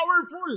powerful